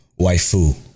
Waifu